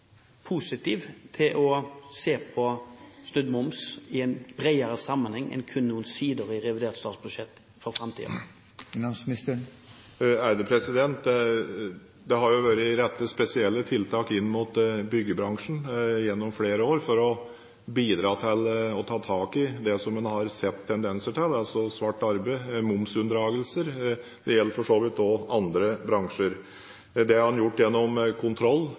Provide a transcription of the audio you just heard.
positiv til å se på snudd moms i en bredere sammenheng enn kun noen sider i revidert nasjonalbudsjett? Det har jo blitt rettet spesielle tiltak inn mot byggebransjen gjennom flere år for å ta tak i det som en har sett tendenser til, altså svart arbeid, momsunndragelser, og det gjelder for så vidt også andre bransjer. Dette har en gjort gjennom kontroll,